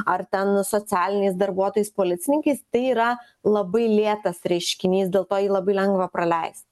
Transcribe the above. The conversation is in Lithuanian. ar ten socialiniais darbuotojais policininkais tai yra labai lėtas reiškinys dėl to jį labai lengva praleist